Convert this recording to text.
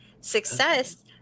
success